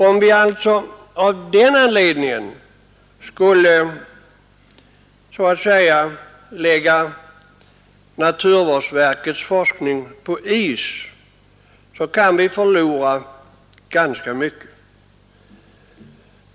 Om vi alltså av den anledningen skulle lägga naturvårdsverkets forskning på is, kan vi förlora ganska mycket.